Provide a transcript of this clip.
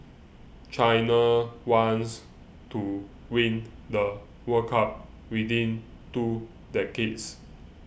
china wants to win the World Cup within two decades